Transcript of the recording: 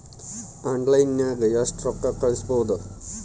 ಆನ್ಲೈನ್ನಾಗ ಎಷ್ಟು ರೊಕ್ಕ ಕಳಿಸ್ಬೋದು